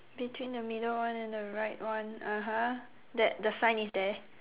between the middle one and the right one (uh huh) that the sign is there